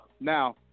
Now